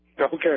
Okay